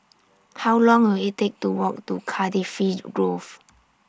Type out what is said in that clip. How Long Will IT Take to Walk to Cardifi Grove